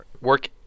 work